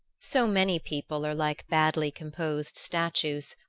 so many people are like badly-composed statues,